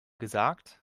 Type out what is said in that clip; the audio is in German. gesagt